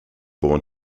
born